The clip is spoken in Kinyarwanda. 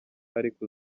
ariko